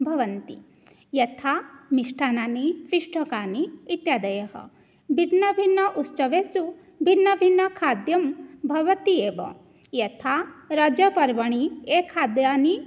भवन्ति यथा मिष्टान्नानि पिष्टकानि इत्यादयः भिन्नभिन्न उत्सवेषु भिन्नभिन्नखाद्यं भवति एव यथा रजपर्वणि ये खाद्यानि